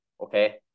okay